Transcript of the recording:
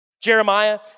Jeremiah